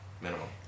Minimum